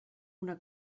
una